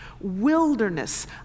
wilderness